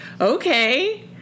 okay